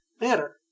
matter